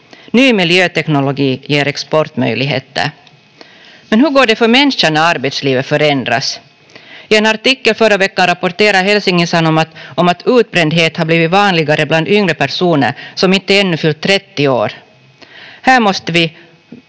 Ny miljöteknologi ger exportmöjligheter. Men hur går det för människan när arbetslivet förändras? I en artikel förra vecka rapporterar Helsingin Sanomat om att utbrändhet har blivit vanligare bland yngre personer som inte ännu fyllt trettio år. Här måste vi